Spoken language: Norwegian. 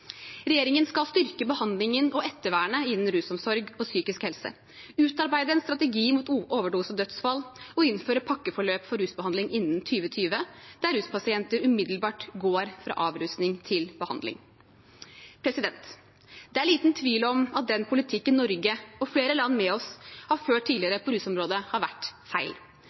Regjeringen skal styrke behandlingen og ettervernet innen rusomsorg og psykisk helse, utarbeide en strategi mot overdosedødsfall og innføre pakkeforløp for rusbehandling innen 2020, der ruspasienter umiddelbart går fra avrusning til behandling. Det er liten tvil om at den politikken Norge og flere land med oss har ført tidligere på rusområdet, har vært feil.